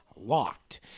locked